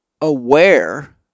aware